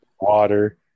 water